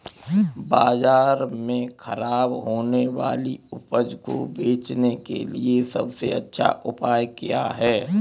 बाजार में खराब होने वाली उपज को बेचने के लिए सबसे अच्छा उपाय क्या है?